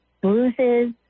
bruises